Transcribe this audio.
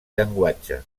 llenguatge